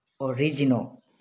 original